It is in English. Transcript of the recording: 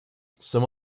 some